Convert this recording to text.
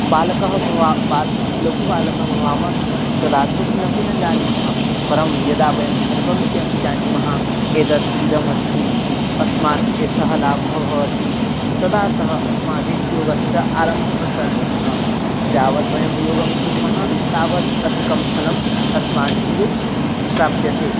बालकः भवान् बालकः च लघुबालकः भवामः तदा तु किमपि न जानीमः परं यदा वयं सर्वं किमपि जानीमः एतद् इदमस्ति अस्मात् एषः लाभः भवति तदातः अस्माभिः योगस्य आरम्भः करणीयः यावद्वयं योगं कुर्मः तावत् अधिकं फलम् अस्माभिः प्राप्यते